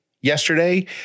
yesterday